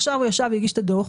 עכשיו הוא ישב והגיש את הדוח,